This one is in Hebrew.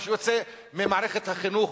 מה שיוצא ממערכת החינוך,